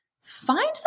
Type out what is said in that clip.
Find